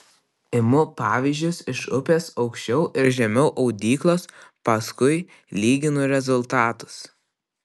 imu pavyzdžius iš upės aukščiau ir žemiau audyklos paskui lyginu rezultatus